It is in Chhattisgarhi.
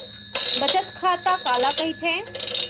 बचत खाता काला कहिथे?